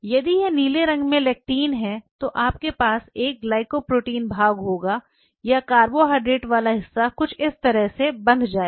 यदि यह नीले रंग में लेक्टिन है तो आपके पास एक ग्लाइकोप्रोटीन भाग होगा या कार्बोहाइड्रेट वाला हिस्सा कुछ इस तरह से बांध देगा